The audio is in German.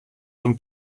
von